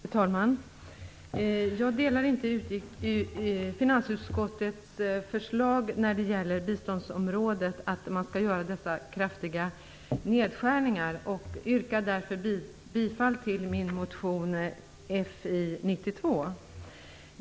Fru talman! Jag delar inte finansutskottets förslag att man skall göra dessa kraftiga nedskärningar på biståndsområdet. Jag yrkar därför bifall till min motion Fi92.